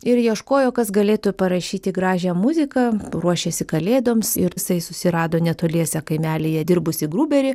ir ieškojo kas galėtų parašyti gražią muziką ruošėsi kalėdoms ir jisai susirado netoliese kaimelyje dirbusį gruberį